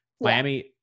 Miami